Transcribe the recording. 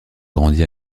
grandi